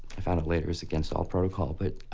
i found out later, is against all protocol. but.